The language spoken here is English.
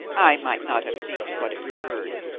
i might not have seen to what it referred.